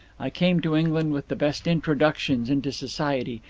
i came to england with the best introductions into society,